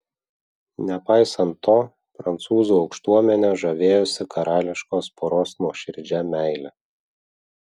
nepaisant to prancūzų aukštuomenė žavėjosi karališkos poros nuoširdžia meile